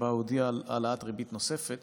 ובה הוא הודיע על העלאת ריבית נוספת